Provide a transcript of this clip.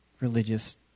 religious